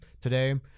today